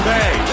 Bay